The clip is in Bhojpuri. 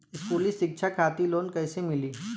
स्कूली शिक्षा खातिर लोन कैसे मिली?